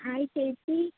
hi ചേച്ചി